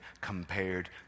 compared